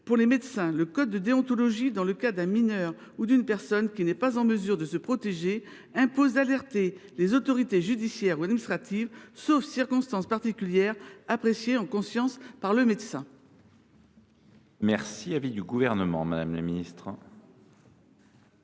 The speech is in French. Pour les médecins, le code de déontologie impose, dans le cas d’un mineur ou d’une personne qui n’est pas en mesure de se protéger, d’alerter les autorités judiciaires ou administratives, sauf circonstances particulières appréciées en conscience par le médecin.